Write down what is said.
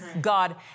God